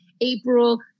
April